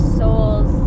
souls